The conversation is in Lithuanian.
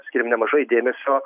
skyrėm nemažai dėmesio